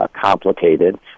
complicated